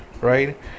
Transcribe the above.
right